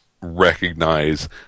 recognize